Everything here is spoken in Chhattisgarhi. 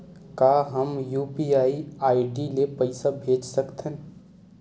का हम यू.पी.आई आई.डी ले पईसा भेज सकथन?